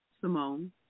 Simone